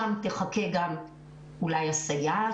באופן עקרוני אני חושבת שמשרד החינוך צריך לפקח על --- סליחה,